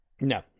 no